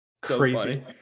Crazy